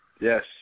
Yes